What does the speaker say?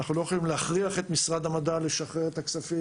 אנחנו לא יכולים להכריח את משרד המדע או משרד האוצר לשחרר את הכספים.